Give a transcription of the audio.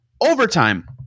overtime